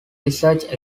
research